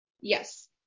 Yes